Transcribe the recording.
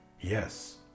Yes